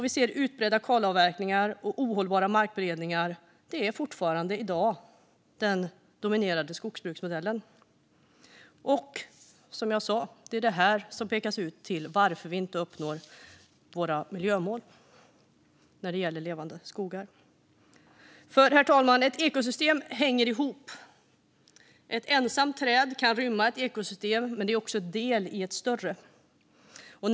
Vi ser utbredda kalavverkningar och ohållbara markberedningar; det är fortfarande den dominerande skogsbruksmodellen i dag. Som jag sa är det detta som pekas ut som anledningen till att vi inte uppnår våra miljömål när det gäller Levande skogar. Fru talman! Ett ekosystem hänger ihop. Ett ensamt träd kan rymma ett ekosystem, men det är också en del i ett större.